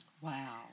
Wow